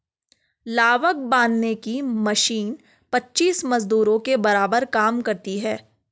लावक बांधने की मशीन पच्चीस मजदूरों के बराबर काम करती है